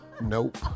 Nope